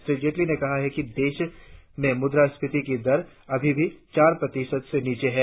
श्री जेटली ने कहा कि देश में मुद्रास्फीति की दर अभी भी चार प्रतिशत से नीचे है